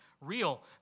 real